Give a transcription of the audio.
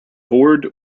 board